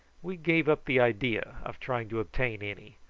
we gave up the idea of trying to obtain any,